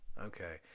Okay